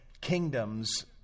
kingdoms